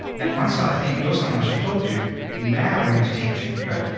and once, i think you're someone i should talk to, now we're in detention, right?